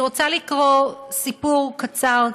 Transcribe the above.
אני רוצה לקרוא סיפור קצר,